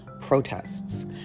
protests